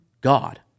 god